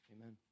Amen